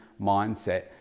mindset